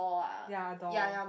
ya a door